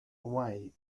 away